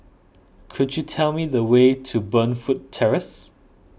could you tell me the way to Burnfoot Terrace